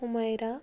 Humaira